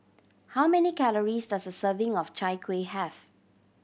how many calories does a serving of Chai Kueh have